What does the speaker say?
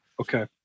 Okay